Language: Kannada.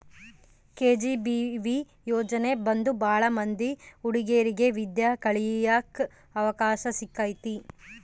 ಕೆ.ಜಿ.ಬಿ.ವಿ ಯೋಜನೆ ಬಂದು ಭಾಳ ಮಂದಿ ಹುಡಿಗೇರಿಗೆ ವಿದ್ಯಾ ಕಳಿಯಕ್ ಅವಕಾಶ ಸಿಕ್ಕೈತಿ